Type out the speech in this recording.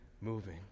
moving